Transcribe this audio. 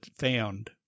found